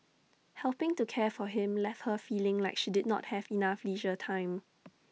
helping to care for him left her feeling like she did not have enough leisure time